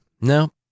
No